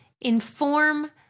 inform